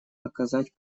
оказать